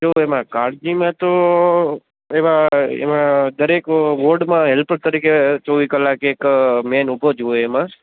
જો એમાં કાળજીમાં તો એવાં એવાં દરેક વોર્ડમાં હેલપર તરીકે ચોવીસ કલાક એક મેન ઉભો જ હોય એમાં